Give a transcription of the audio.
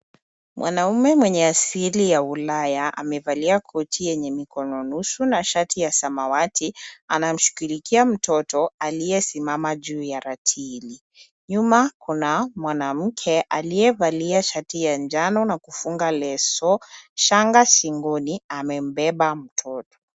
Mwanaume mwenye asili ya Ulaya amevalia koti yenye mikono nusu na shati ya samawati anamshughulikia mtoto aliyesimama juu ya ratili. Nyuma kuna mwanamke aliyevalia shati ya njano na kufunga leso, shanga shingoni amembeba mtoto.